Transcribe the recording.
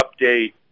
update